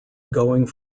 going